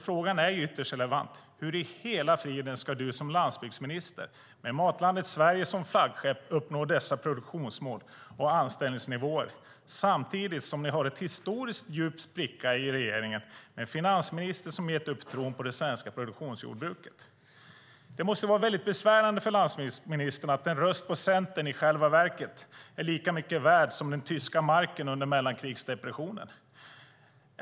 Frågan är ytterst relevant: Eskil Erlandsson, hur i hela friden ska du som landsbygdsminister med Matlandet Sverige som flaggskepp uppnå dessa produktionsmål och anställningsnivåer samtidigt som ni har en historiskt djup spricka i regeringen, med en finansminister som gett upp tron på det svenska produktionsjordbruket? Det måste vara besvärande för landsbygdsministern att en röst på Centern i själva verket är lika mycket värd som den tyska marken under mellankrigsdepressionen.